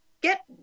get